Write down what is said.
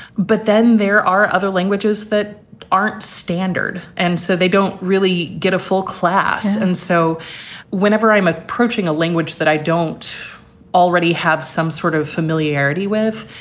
but then there are other languages that aren't standard and so they don't really get a full class. and so whenever i'm approaching a language that i don't already have some sort of familiarity with.